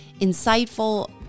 insightful